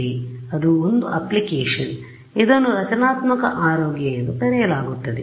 ಅದು ಒಂದು ಅಪ್ಲಿಕೇಶನ್ ಇದನ್ನು ರಚನಾತ್ಮಕ ಆರೋಗ್ಯ ಎಂದು ಕರೆಯಲಾಗುತ್ತದೆ